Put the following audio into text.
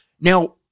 Now